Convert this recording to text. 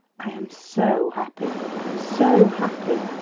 i am so happy so happy!